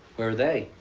where are they?